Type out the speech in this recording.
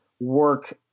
work